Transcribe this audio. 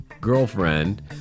girlfriend